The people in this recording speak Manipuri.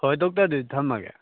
ꯍꯣꯏ ꯗꯣꯛꯇꯔ ꯑꯗꯨꯗꯤ ꯊꯝꯃꯒꯦ